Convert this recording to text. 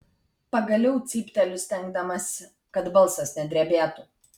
pagaliau cypteliu stengdamasi kad balsas nedrebėtų